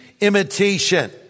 imitation